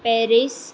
Paris